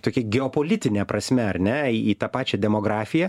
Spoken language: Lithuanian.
tokia geopolitine prasme ar ne į į tą pačią demografiją